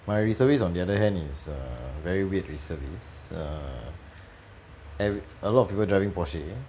my reservist on the other hand is err very weird reservist err every~ a lot of people driving porsche